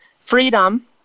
freedom